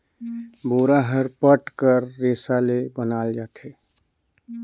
बोरा हर पट कर रेसा ले बनाल जाथे